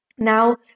Now